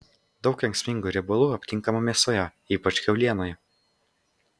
daug kenksmingų riebalų aptinkama mėsoje ypač kiaulienoje